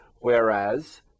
Whereas